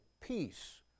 peace